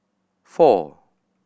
four